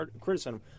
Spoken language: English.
criticism